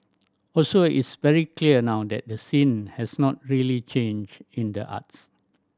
also it's very clear now that the scene has not really changed in the arts